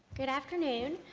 good afternoon.